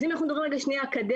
אז אם מדברים אקדמית,